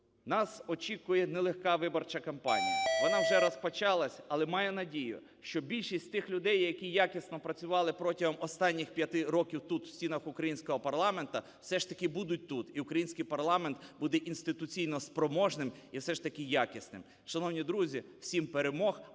Нас очікує нелегка виборча кампанія. Вона вже розпочалася, але маю надію, що більшість тих людей, які якісно працювали протягом останніх 5 років тут в стінах українського парламенту, все ж таки, будуть тут, і український парламент буде інституційно спроможним і все ж таки якісним. Шановні друзі, всім – перемог!